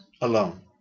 alone